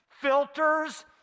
filters